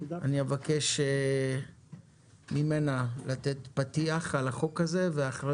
אבקש ממנה לתת פתיח על התקנות האלה ואחרי